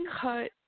cut